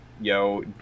yo